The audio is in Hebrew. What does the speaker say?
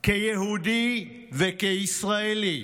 כיהודי וכישראלי.